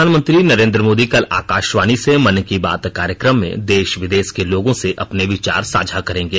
प्रधानमंत्री नरेन्द्र मोदी कल आकाशवाणी से मन की बात कार्यक्रम में देश विदेश के लोगों से अपने विचार साझा करेंगे